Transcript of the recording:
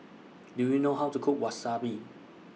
Do YOU know How to Cook Wasabi